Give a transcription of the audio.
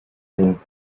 ding